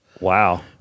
Wow